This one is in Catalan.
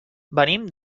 venim